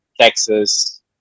Texas